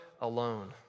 alone